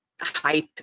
hype